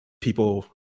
people